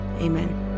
Amen